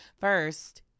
First